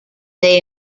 they